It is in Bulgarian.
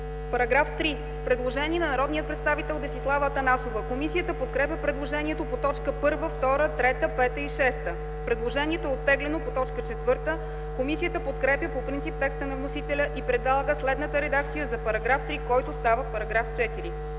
По § 3 има предложение на народния представител Десислава Атанасова. Комисията подкрепя предложението по т. 1, 2, 3, 5 и 6. Предложението е оттеглено по т. 4. Комисията подкрепя по принцип текста на вносителя и предлага следната редакция за § 3, който става § 4: „§ 4.